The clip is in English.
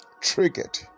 triggered